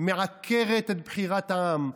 מעקרת את בחירת העם,